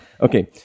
Okay